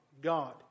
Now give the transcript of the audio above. God